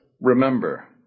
Remember